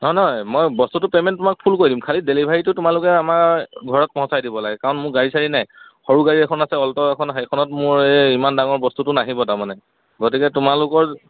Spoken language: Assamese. নহয় নহয় মই বস্তুটো পে'মেণ্ট তোমাক ফুল কৰি দিম খালি ডেলিভাৰীটো তোমালোকে আমাৰ ঘৰত পহুচাই দিব লাগে কাৰণ মোৰ গাড়ী চাড়ী নাই সৰু গাড়ী এখন আছে অ'ল্ট' এখন সেইখনত মোৰ এই ইমান ডাঙৰ বস্তুটো নাহিব তাৰমানে গতিকে তোমালোকৰ